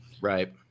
Right